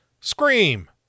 scream